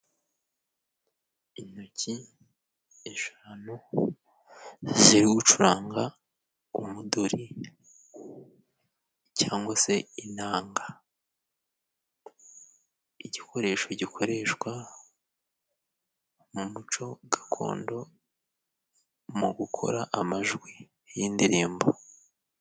Intoki eshanu ziri guranga umuduri, cyangwa se inanga. Igikoresho gikoreshwa mu muco gakondo, mu gukora amajwi y'indirimbo.